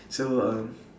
so err